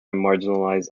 marginalized